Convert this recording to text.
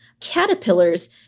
caterpillars